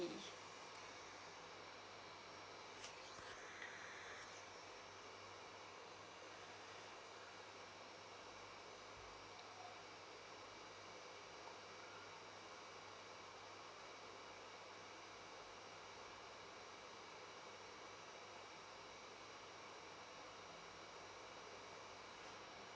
fee